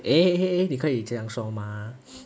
eh eh eh 你可以这样说吗